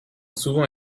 souvent